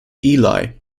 eli